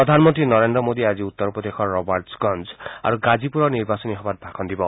প্ৰধানমন্ত্ৰী নৰেন্দ্ৰ মোদীয়ে আজি উত্তৰ প্ৰদেশৰ ৰবাৰ্টছগঞ্জ আৰু গাজিপুৰৰ নিৰ্বাচনী সভাত ভাষণ দিব